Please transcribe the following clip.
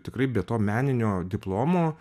tikrai be to meninio diplomo